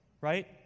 Right